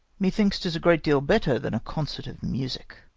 methinks tis a great deal better than a consort of music.